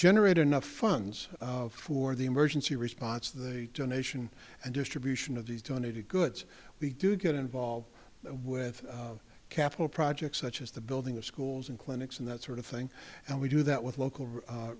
generate enough funds for the emergency response the donation and distribution of these donated goods we do get involved with capital projects such as the building of schools and clinics and that sort of thing and we do that with local